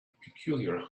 peculiar